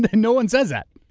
no one says that.